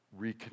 reconnect